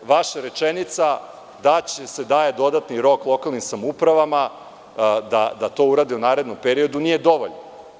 Vaša rečenica da se daje dodatni rok lokalnim samoupravama da to urade u narednom periodu nije dovoljna.